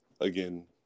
again